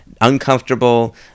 uncomfortable